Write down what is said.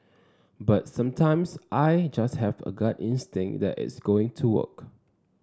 but sometimes I just have a gut instinct that it's going to work